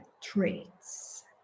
traits